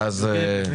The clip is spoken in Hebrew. בבקשה.